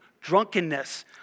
drunkenness